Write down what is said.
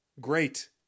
Great